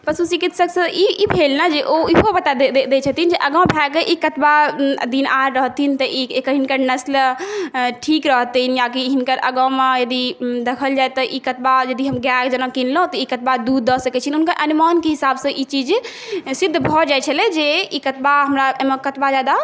पशु चिकित्सक से ई भेल ने जे ओ इहो बता दैत छथिन जे आगाँ भए कऽ ई कतबा दिन आर रहथिन तऽ हिनकर नस्ल ठीक रहतै आकि हिनकर आगाँमे यदि देखल जाए तऽ ई कतबा यदि गाय हम यदि किनलहुँ तऽ ई कतबा दूध दऽ सकैत छनि हुनका अनुमानक हिसाबसँ ई चीज सिद्ध भऽ जाइत छलै जे ई कतबा हमरा एहिमे कतबा ज्यादा